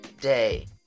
day